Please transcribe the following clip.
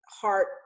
heart